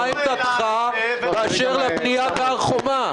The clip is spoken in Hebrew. מה עמדתך באשר לבנייה בהר חומה?